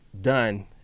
done